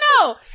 no